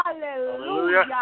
Hallelujah